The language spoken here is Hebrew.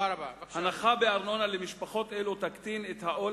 הנחה בארנונה למשפחות אלה תקטין את העול